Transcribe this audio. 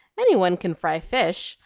any one can fry fish!